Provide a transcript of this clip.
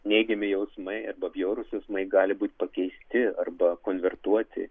neigiami jausmai arba bjaurus jausmai gali būti pakeisti arba konvertuoti